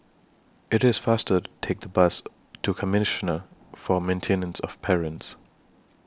IT IS faster to Take The Bus to Commissioner For Maintenance of Parents